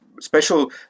special